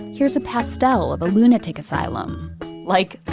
here's a pastel of a lunatic asylum like,